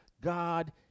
God